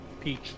Peach